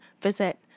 visit